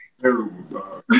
Terrible